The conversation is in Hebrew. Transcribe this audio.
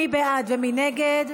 מי בעד ומי נגד?